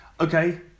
Okay